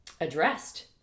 addressed